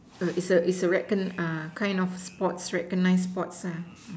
err it's a it's a recon~ uh kind of sports recognised sports ah